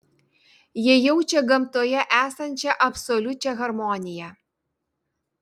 jie jaučia gamtoje esančią absoliučią harmoniją